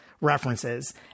references